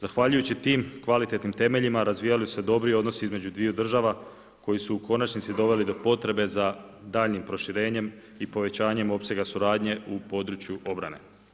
Zahvaljujući tim kvalitetnim temeljima razvijali su se dobri odnosi između dviju država, koji su u konačnici doveli do potrebe za daljnjim proširenjem i povećanjem opsega suradnje u području obrane.